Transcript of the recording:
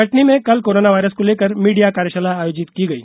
कटनी में कल corona virus को लेकर मीडिया कार्यशाला आयोजित की गई